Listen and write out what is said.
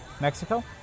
Mexico